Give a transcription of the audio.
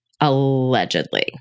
allegedly